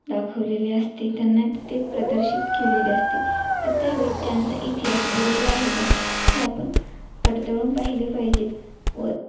दाखवलेले असते त्यांना तिथे प्रदर्शित केलेले असते तर त्यावेळी त्यांचा इतिहास बरोबर आहे का हे आपण पडताळून पाहिले पाहिजेत व